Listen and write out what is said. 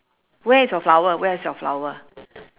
where is your flower where is your flower